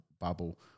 bubble